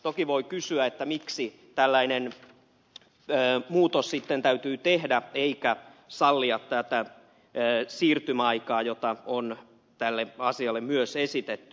toki voi kysyä miksi tällainen muutos sitten täytyy tehdä eikä sallia tätä siirtymäaikaa jota on tälle asialle myös esitetty